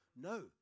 No